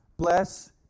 bless